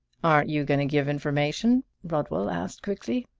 aren't you going to give information? rodwell asked quickly.